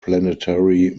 planetary